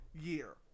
year